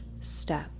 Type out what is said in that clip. step